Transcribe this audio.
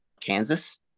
Kansas